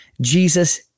Jesus